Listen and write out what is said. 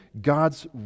God's